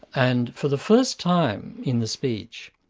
and for the first time in the speech,